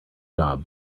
job